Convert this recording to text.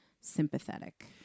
sympathetic